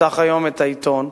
תפתח היום את העיתון,